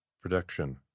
Production